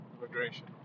immigration